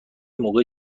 موقع